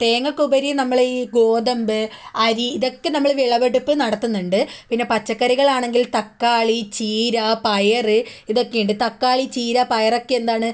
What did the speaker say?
തേങ്ങക്കുപരി നമ്മൾ ഈ ഗോതമ്പ് അരി ഇതൊക്കെ നമ്മൾ വിളവെടുപ്പ് നടത്തുന്നുണ്ട് പിന്നെ പച്ചക്കറികളാണെങ്കിൽ തക്കാളി ചീര പയർ ഇതൊക്കെയുണ്ട് തക്കാളി ചീര പയറൊക്കെ എന്താണ്